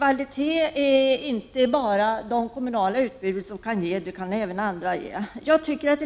Det är inte bara de kommunala alternativen, utan även andra, som kan ge god kvalitet.